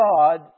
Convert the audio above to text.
God